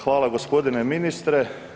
Hvala gospodine ministre.